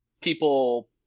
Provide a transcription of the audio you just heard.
people